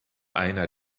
einer